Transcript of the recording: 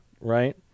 right